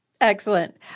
Excellent